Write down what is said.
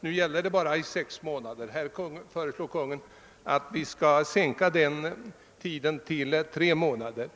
Kungl. Maj:t föreslår nu att tiden skall sänkas till tre månader.